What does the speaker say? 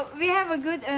we have a good